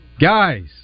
Guys